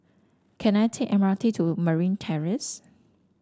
can I take M R T to Marine Terrace